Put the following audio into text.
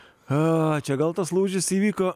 a čia gal tas lūžis įvyko